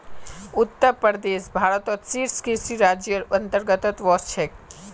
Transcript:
उत्तर प्रदेश भारतत शीर्ष कृषि राज्जेर अंतर्गतत वश छेक